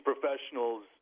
professionals